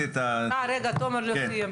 בסדר, מסכים איתך, חוזר לשער השלישי,